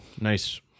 nice